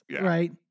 right